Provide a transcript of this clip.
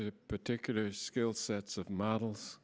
the particular skill sets of models